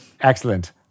Excellent